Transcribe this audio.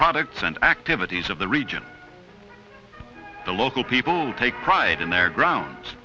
products and activities of the region the local people take pride in their grounds